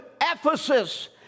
Ephesus